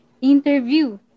interview